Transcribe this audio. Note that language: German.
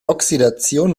oxidation